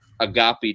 agape